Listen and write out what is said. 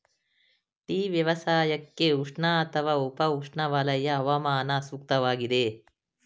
tea ವ್ಯವಸಾಯಕ್ಕೆ ಉಷ್ಣ ಅಥವಾ ಉಪ ಉಷ್ಣವಲಯ ಹವಾಮಾನ ಸೂಕ್ತವಾಗಿದೆ